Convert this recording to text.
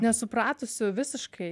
nesupratusių visiškai